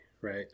right